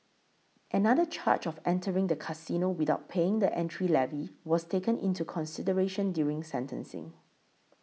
another charge of entering the casino without paying the entry levy was taken into consideration during sentencing